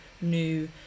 new